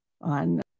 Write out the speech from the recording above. on